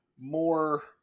more